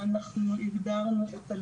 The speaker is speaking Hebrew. הזה באבני הדרך וגם על מנת ליישם את ההמלצות